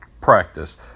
practice